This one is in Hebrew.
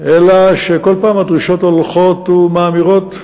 אלא שבכל פעם הדרישות הולכות ומאמירות.